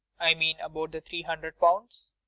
i mean about the three hundred pounds?